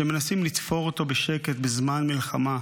שמנסים לתפור אותו בשקט בזמן מלחמה.